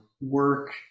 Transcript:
work